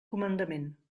comandament